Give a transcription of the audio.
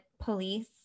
police